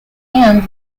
and